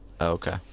okay